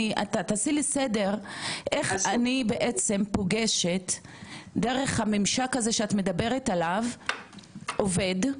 תעשי לי סדר איך אני בעצם פוגשת דרך הממשק הזה שאת מדברת עליו עובד,